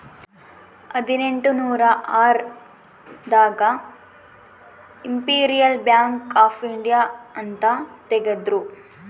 ಹದಿನೆಂಟನೂರ ಆರ್ ದಾಗ ಇಂಪೆರಿಯಲ್ ಬ್ಯಾಂಕ್ ಆಫ್ ಇಂಡಿಯಾ ಅಂತ ತೇಗದ್ರೂ